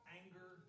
anger